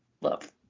Love